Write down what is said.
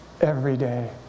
everyday